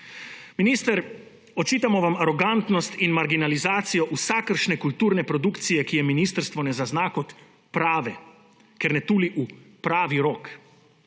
Minister, očitamo vam arogantnost in marginalizacijo vsakršne kulturne produkcije, ki je ministrstvo ne zazna kot prave, ker ne tuli v pravi rog,